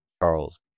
Charles